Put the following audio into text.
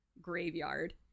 graveyard